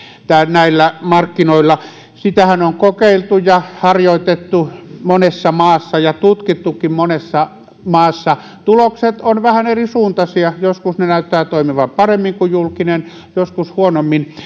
näillä markkinoilla sitähän on kokeiltu ja harjoitettu monessa maassa ja tutkittukin monessa maassa tulokset ovat vähän erisuuntaisia joskus yksityiset näyttävät toimivan paremmin kuin julkinen joskus huonommin